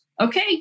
okay